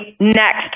next